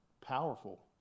powerful